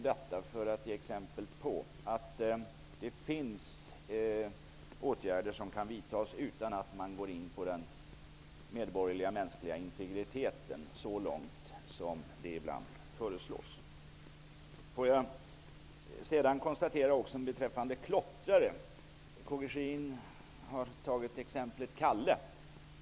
Det här är exempel på att åtgärder kan vidtas utan att man går in på den medborgerliga, mänskliga, integriteten så långt som det ibland föreslås. Beträffande klottrarna konstaterar jag följande. Karl Gösta Sjödin exemplifierade med pojken Kalle.